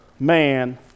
Man